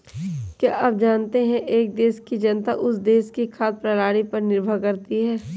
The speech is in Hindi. क्या आप जानते है एक देश की जनता उस देश की खाद्य प्रणाली पर निर्भर करती है?